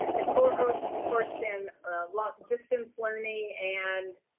and the cohorts cohorts in like distance learning and